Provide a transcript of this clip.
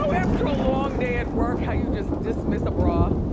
um after a long day at work how you just dismiss a bra?